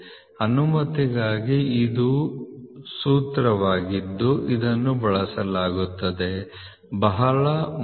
ಅನುಮತಿಗಾಗಿ ಇದು ಸೂತ್ರವಾಗಿದ್ದು ಇದನ್ನು ಬಳಸಲಾಗುತ್ತದೆ ಬಹಳ ಮುಖ್ಯ